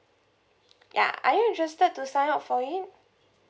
ya are you interested to sign up for it